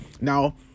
Now